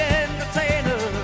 entertainer